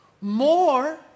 More